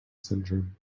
syndrome